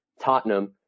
Tottenham